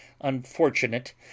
unfortunate